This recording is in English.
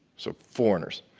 so, foreigners.